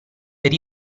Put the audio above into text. per